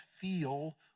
feel